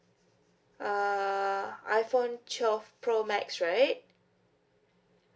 uh iphone twelve pro max right